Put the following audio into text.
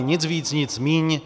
Nic víc, nic míň.